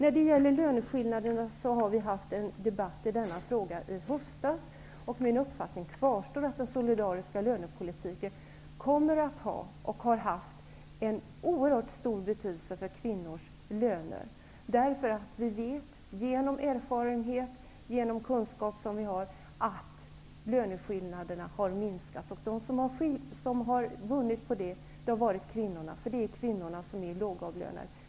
Om löneskillnaderna hade vi en debatt i höstas. Min uppfattning kvarstår: Den solidariska lönepolitiken kommer att ha och har haft oerhört stor betydelse för kvinnors löner. Vi vet nämligen genom kunskaper som vi har och genom erfarenheter som vi gjort att löneskillnaderna har minskat. De som har vunnit på det är kvinnorna -- det är kvinnorna som är lågavlönade.